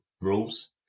rules